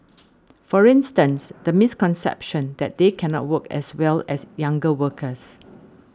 for instance the misconception that they cannot work as well as younger workers